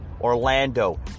Orlando